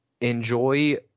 enjoy